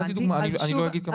נתתי דוגמה, אני לא אגיד את המספר.